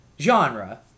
genre